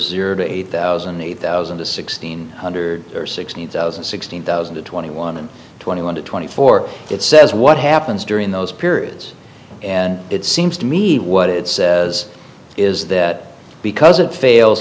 to eight thousand eight thousand to sixteen hundred sixteen thousand sixteen thousand and twenty one and twenty one to twenty four it says what happens during those periods and it seems to me what it says is that because it fails